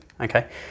okay